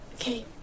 Okay